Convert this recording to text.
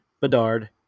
Bedard